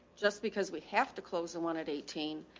just because we have to close the one at eighteen.